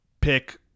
pick